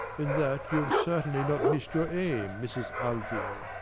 in that you have certainly not missed your aim, mrs. alving.